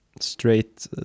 straight